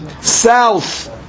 south